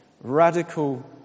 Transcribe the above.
radical